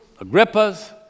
Agrippa's